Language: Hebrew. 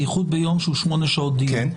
בייחוד ביום של שמונה שעות דיון.